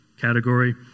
category